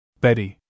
Betty